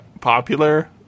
popular